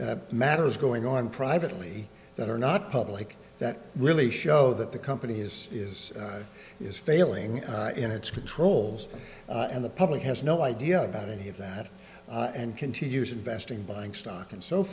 are matters going on privately that are not public that really show that the company is is is failing in its controls and the public has no idea about any of that and continues investing buying stock and so